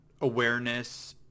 awareness